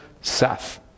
Seth